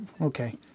okay